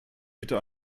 bitte